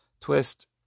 twist